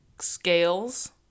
scales